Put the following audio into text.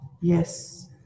Yes